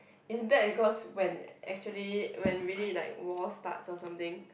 it's bad because when actually when really like war starts or something